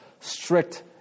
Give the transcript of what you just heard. strict